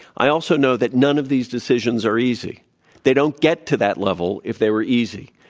i also know that none of these decisions are easy. they don't get to that level if they were easy,